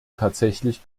tatsächlich